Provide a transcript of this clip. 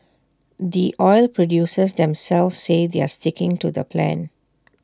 the oil producers themselves say they're sticking to the plan